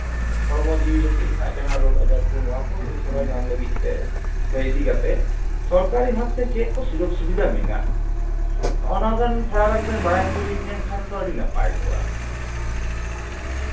ᱦᱚᱲᱢᱚ ᱡᱤᱣᱤ ᱡᱟᱹᱛᱤ ᱨᱮᱱᱟᱜ ᱡᱟᱦᱟᱸ ᱨᱳᱜᱽ ᱟᱡᱟᱨ ᱠᱚ ᱱᱚᱣᱟ ᱠᱚ ᱯᱚᱨᱤᱥᱮᱵᱟ ᱧᱟᱢ ᱞᱟᱹᱜᱤᱫ ᱛᱮ ᱥᱮ ᱤᱫᱤ ᱠᱟᱛᱮ ᱥᱚᱨᱠᱟᱨᱤ ᱵᱷᱟᱵᱽᱛᱮ ᱪᱮᱫ ᱠᱚ ᱥᱩᱡᱳᱜᱽ ᱥᱩᱵᱤᱫᱟ ᱢᱮᱱᱟᱜᱼᱟ ᱱᱚᱜᱼᱚ ᱱᱚᱣᱟ ᱜᱟᱱ ᱛᱷᱚᱲᱟ ᱜᱟᱱ ᱵᱮᱱ ᱵᱟᱲᱟᱭ ᱦᱚᱪᱚ ᱞᱤᱧ ᱠᱷᱟᱱ ᱫᱚ ᱟᱹᱰᱤ ᱱᱟᱯᱟᱭ ᱠᱚᱜᱼᱟ